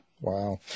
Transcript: Wow